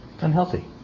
unhealthy